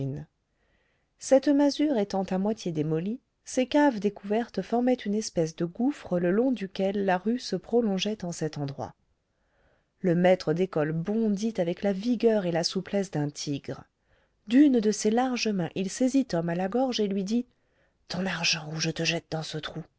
cette masure étant à moitié démolie ses caves découvertes formaient une espèce de gouffre le long duquel la rue se prolongeait en cet endroit le maître d'école bondit avec la vigueur et la souplesse d'un tigre d'une de ses larges mains il saisit tom à la gorge et lui dit ton argent ou je te jette dans ce trou